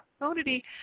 opportunity